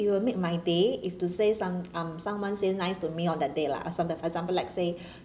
it will make my day if you say some um someone say nice to me on that day lah as uh for example like say